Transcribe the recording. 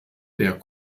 der